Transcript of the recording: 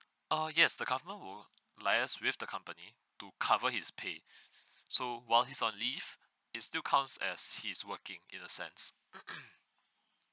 uh yes the government will liaise with the company to cover his pay so while he's on leave it still counts as he is working in a sense